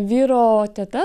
vyro teta